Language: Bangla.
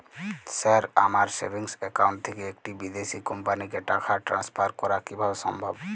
স্যার আমার সেভিংস একাউন্ট থেকে একটি বিদেশি কোম্পানিকে টাকা ট্রান্সফার করা কীভাবে সম্ভব?